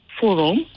Forum